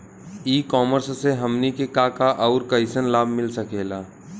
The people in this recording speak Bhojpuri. ई कॉमर्स से हमनी के का का अउर कइसन लाभ मिल सकेला?